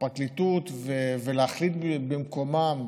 הפרקליטות ולהחליט במקומם